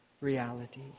reality